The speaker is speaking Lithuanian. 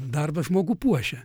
darbas žmogų puošia